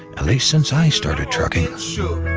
at least since i started trucking so